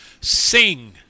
Sing